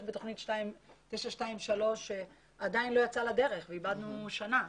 ותוכנית 923 עדיין לא יצאה לדרך ואיבדנו שנה,